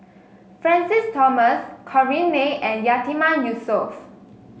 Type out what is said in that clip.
Francis Thomas Corrinne May and Yatiman Yusof